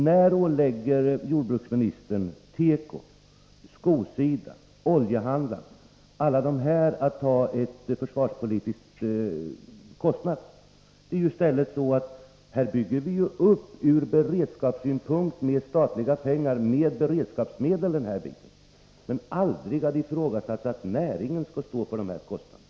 När ålägger jordbruksministern tekoindustrin, skoindustrin, oljehandlarna och andra att ta en försvarspolitisk kostnad? Det är i stället så att vi bygger upp vår beredskap med statliga pengar, med beredskapsmedel. Aldrig har det ifrågasatts att näringen skall stå för de här kostnaderna.